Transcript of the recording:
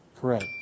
Correct